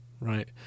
right